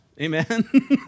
Amen